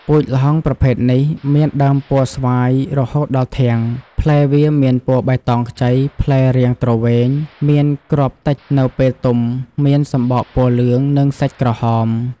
ពូជល្ហុងប្រភេទនេះ មានដើមពណ៌ស្វាយរហូតដល់ធាង ផ្លែវាមានពណ៌បៃតងខ្ចី ផ្លែរាងទ្រវែង មានគ្រាប់តិចនៅពេលទុំមានសំបកពណ៌លឿង និងសាច់ក្រហម ។